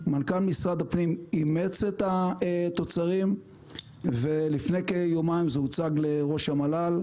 מנכ"ל משרד הפנים אימץ את התוצרים ולפני כיומיים זה הוצג לראש המל"ל.